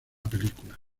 película